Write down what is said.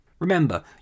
Remember